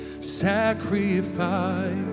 sacrifice